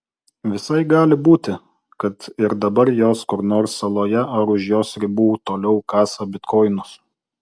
visai gali būti kad ir dabar jos kur nors saloje ar už jos ribų toliau kasa bitkoinus